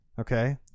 okay